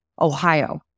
Ohio